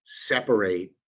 separate